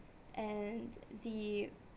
and the